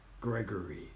Gregory